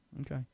Okay